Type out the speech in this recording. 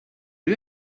you